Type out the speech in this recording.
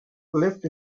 left